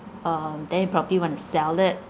um then you probably want to sell it